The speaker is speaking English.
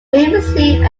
previously